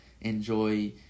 enjoy